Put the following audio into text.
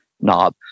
knob